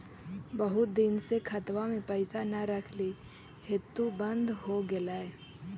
बहुत दिन से खतबा में पैसा न रखली हेतू बन्द हो गेलैय?